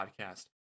podcast